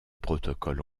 protocoles